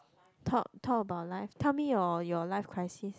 talk talk about life tell me your your life crisis